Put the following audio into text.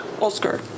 Oscar